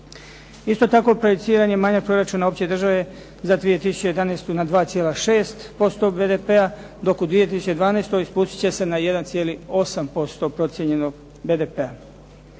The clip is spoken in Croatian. Isto tako, projeciran je manjak proračuna opće države za 2011. na 2,6% BDP-a dok u 2012. spustit će se na 1,8% procijenjenog BDP-a.